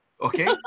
Okay